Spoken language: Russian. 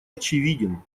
очевиден